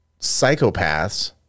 psychopaths